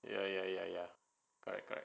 ya ya ya ya correct correct